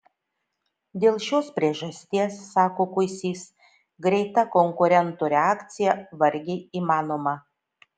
dėl šios priežasties sako kuisys greita konkurentų reakcija vargiai įmanoma